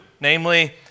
Namely